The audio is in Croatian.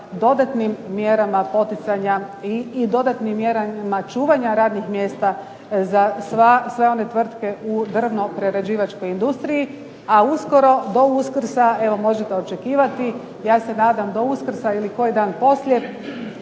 dodatnim mjerama poticanja i dodatnim mjerama čuvanja radnih mjesta za sve one tvrtke u drvno-prerađivačkoj industriji, a uskoro, do Uskrsa evo možete očekivati, ja se nadam do Uskrsa ili koji dan poslije